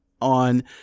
on